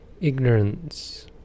Ignorance